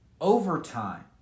overtime